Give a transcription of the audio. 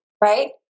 right